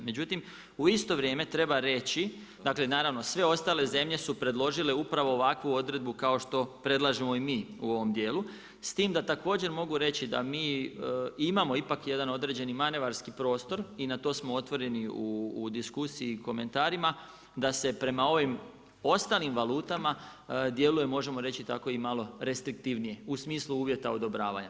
Međutim, u isto vrijeme treba reći, dakle naravno, sve ostale zemlje su predložile upravo ovakvu odredbu kao što predlažemo i mi u ovom dijelu, s tim da također mogu reći da mi imamo ipak jedan određeni manevarski prostor i na to smo otvoreni u diskusiji i komentarima, da se prema ovim ostalim valutama, djeluje možemo reći i tako i malo restriktivnije u smislu uvjeta odobravanja.